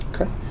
Okay